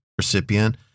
recipient